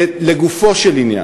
לגופו של עניין,